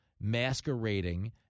masquerading